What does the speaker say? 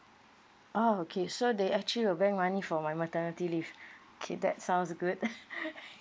oh okay so they actually will bank money for my maternity leave okay that sounds good